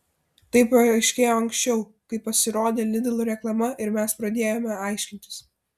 tai paaiškėjo anksčiau kai pasirodė lidl reklama ir mes pradėjome aiškintis